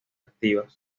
activa